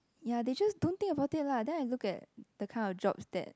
ya they just don't think about it lah then I look at the kind of jobs that